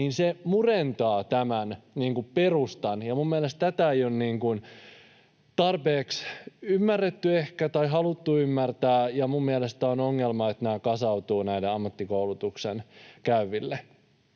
määriin murentavat tämän perustan. Minun mielestäni tätä ei ole ehkä tarpeeksi ymmärretty tai haluttu ymmärtää, ja minun mielestäni on ongelma, että nämä kasautuvat näille ammattikoulutuksen käyville.